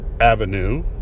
avenue